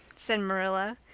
said marilla,